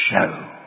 show